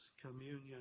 Communion